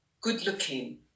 good-looking